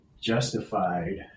justified